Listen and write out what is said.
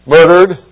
Murdered